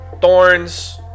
thorns